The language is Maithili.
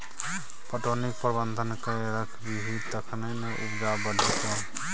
पटौनीक प्रबंधन कए राखबिही तखने ना उपजा बढ़ितौ